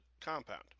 compound